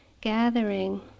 gathering